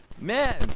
man